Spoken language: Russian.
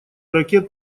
ракет